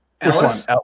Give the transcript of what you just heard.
alice